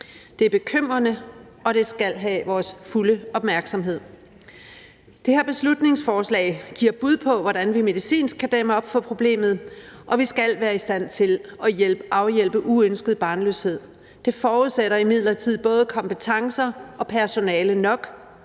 Det er bekymrende, og det skal have vores fulde opmærksomhed. Det her beslutningsforslag giver bud på, hvordan vi medicinsk kan dæmme op for problemet, og vi skal være i stand til at afhjælpe uønsket barnløshed. Det forudsætter imidlertid både kompetencer og personale nok.